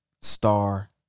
star